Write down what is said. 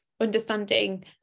understanding